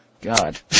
God